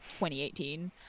2018